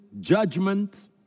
judgment